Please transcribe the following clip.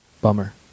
bummer